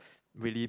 really